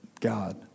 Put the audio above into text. God